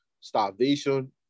starvation